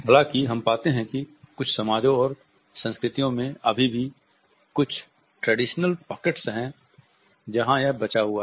हालांकि हम पाते हैं कि कुछ समाजों और संस्कृतियों में अभी भी कुछ ट्रेडिसनल पॉकेट्स हैं जहां यह बचा हुआ है